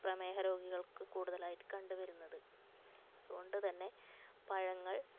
പ്രമേഹരോഗികൾക്ക് കൂടുതലായിട്ട് കണ്ട് വരുന്നത് അതുകൊണ്ട്തന്നെ പഴങ്ങൾ